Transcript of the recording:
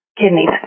kidneys